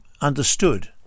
understood